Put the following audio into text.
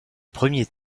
premier